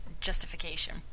justification